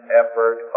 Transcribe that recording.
effort